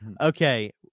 Okay